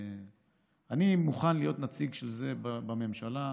אני מוכן להיות נציג של זה בממשלה.